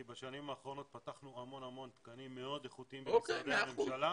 כי בשנים האחרונות פתחנו המון המון תקנים מאוד איכותיים במשרדי הממשלה.